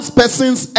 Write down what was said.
person's